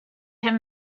him